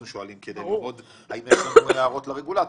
שואלים כדי לראות אם יש לנו הערות לרגולטור.